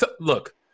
Look